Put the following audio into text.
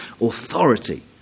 authority